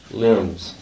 limbs